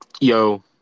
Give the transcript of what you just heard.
Yo